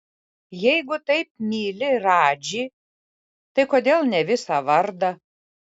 jeigu taip myli radžį tai kodėl ne visą vardą